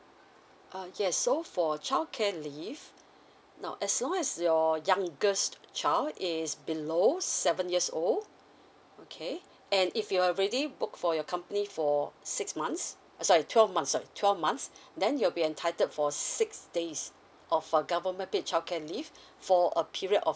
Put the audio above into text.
uh yes so for child care leave now as long as your youngest child is below seven years old okay and if you already work for your company for six months sorry twelve months sorry twelve months then you'll be entitled for six days of a government paid child care leave for a period of